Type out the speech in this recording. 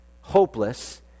hopeless